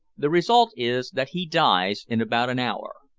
the result is that he dies in about an hour.